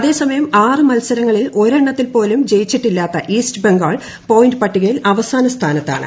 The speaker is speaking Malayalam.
അതേസമയം ആറ് മത്സരങ്ങളിൽ ഒരെണ്ണത്തിൽ പോലും ജയിച്ചിട്ടില്ലാത്ത ഈസ്റ്റ് ബംഗാൾ പോയിന്റ് പട്ടികയിൽ അവസാന സ്ഥാനത്താണ്